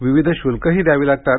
विविध शुल्कही द्यावी लागतात